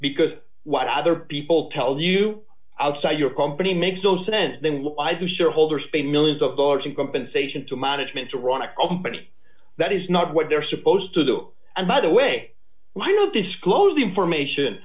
because what other people tell you outside your company makes no sense then why do shareholders pay millions of dollars in compensation to management to run a company that is not what they're supposed to do and by the way why no disclose the information